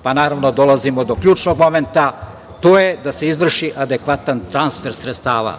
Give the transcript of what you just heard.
pare? Naravno, dolazimo do ključnog momenta a to je da se izvrši adekvatan transfer sredstava.